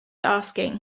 asking